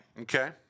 Okay